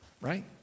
right